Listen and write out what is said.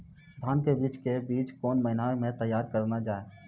धान के बीज के बीच कौन महीना मैं तैयार करना जाए?